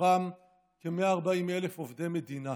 ומתוכם כ-140,000 הם עובדי מדינה,